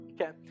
Okay